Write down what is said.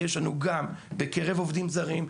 יש לנו גם בקרב עובדים זרים,